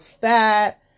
fat